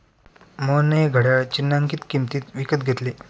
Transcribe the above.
मोहनने हे घड्याळ चिन्हांकित किंमतीत विकत घेतले